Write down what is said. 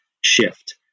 shift